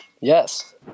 Yes